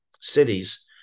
cities